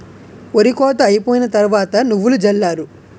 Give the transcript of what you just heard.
ఒరి కోత అయిపోయిన తరవాత నువ్వులు జల్లారు